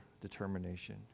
determination